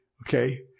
Okay